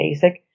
basic